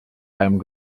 einem